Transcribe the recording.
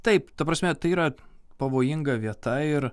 taip ta prasme tai yra pavojinga vieta ir